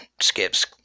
Skip's